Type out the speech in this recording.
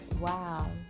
wow